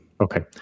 Okay